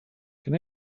can